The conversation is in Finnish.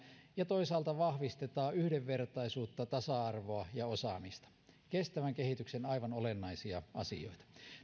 ja toisaalta vahvistetaan yhdenvertaisuutta tasa arvoa ja osaamista aivan olennaisia kestävän kehityksen asioita